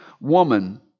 woman